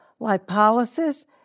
lipolysis